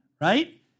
right